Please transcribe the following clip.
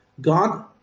God